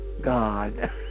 God